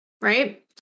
right